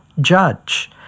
judge